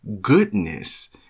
goodness